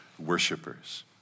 Worshippers